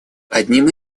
одним